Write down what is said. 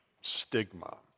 stigma